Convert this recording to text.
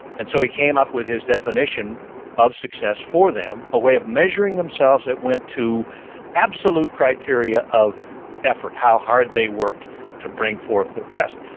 and so he came up with his definition of success for them, a way of measuring themselves that went to absolute criteria of effort. how hard they worked to bring forth their best.